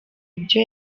ibyo